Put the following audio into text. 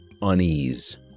unease